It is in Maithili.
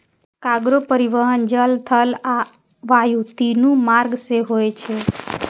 कार्गो परिवहन जल, थल आ वायु, तीनू मार्ग सं होय छै